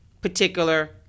Particular